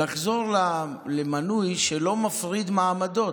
ולחזור למנוי שלא מפריד מעמדות.